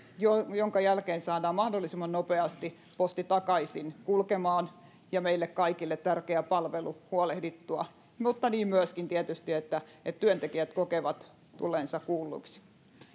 minkä jälkeen saadaan mahdollisimman nopeasti posti takaisin kulkemaan ja meille kaikille tärkeä palvelu huolehdittua mutta myöskin tietysti niin että työntekijät kokevat tulleensa kuulluiksi